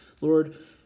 Lord